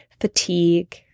Fatigue